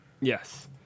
Yes